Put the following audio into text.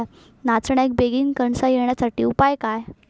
नाचण्याक बेगीन कणसा येण्यासाठी उपाय काय?